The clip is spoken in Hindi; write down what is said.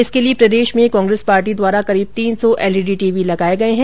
इसके लिए प्रदेश में कांग्रेस पार्टी द्वारा करीब तीन सौ एलईडी टीवी लगाये गये हैं